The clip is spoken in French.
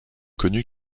connue